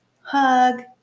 hug